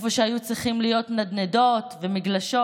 איפה שהיו צריכות להיות נדנדות ומגלשות,